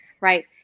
Right